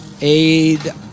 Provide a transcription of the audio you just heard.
Aid